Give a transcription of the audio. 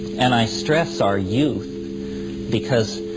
and i stress our youth because,